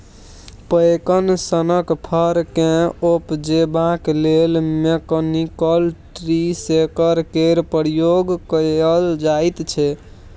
पैकन सनक फर केँ उपजेबाक लेल मैकनिकल ट्री शेकर केर प्रयोग कएल जाइत छै